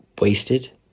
wasted